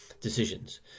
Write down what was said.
decisions